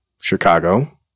Chicago